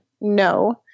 no